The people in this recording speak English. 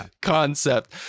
concept